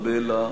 ארבל,